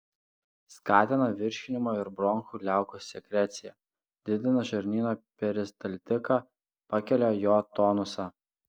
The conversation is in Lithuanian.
skatina virškinimo ir bronchų liaukų sekreciją didina žarnyno peristaltiką pakelia jo tonusą